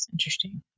Interesting